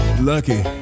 lucky